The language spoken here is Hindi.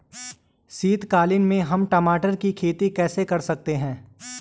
शीतकालीन में हम टमाटर की खेती कैसे कर सकते हैं?